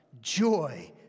joy